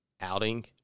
outing